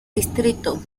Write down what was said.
distrito